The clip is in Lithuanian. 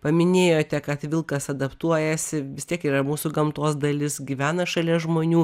paminėjote kad vilkas adaptuojasi vis tiek yra mūsų gamtos dalis gyvena šalia žmonių